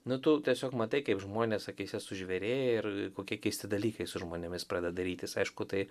nu tu tiesiog matai kaip žmonės akyse sužvėrėja ir kokie keisti dalykai su žmonėmis pradeda darytis aišku tai